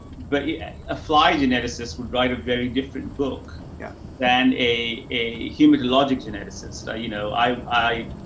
but yeah a a fly geneticists would write a very different book yeah than a a humid logic geneticists. ah, you know, i,